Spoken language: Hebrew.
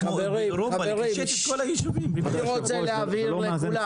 חברים, אני רוצה להבהיר לכולם.